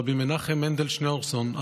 רבי מנחם מנדל שניאורסון,